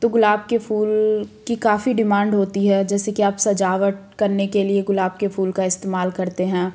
तो गुलाब के फूल की काफ़ी डिमांड हाेती है जैसे कि आप सजावट करने के लिए गुलाब के फूल का इस्तेमाल करते हैं